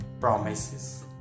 promises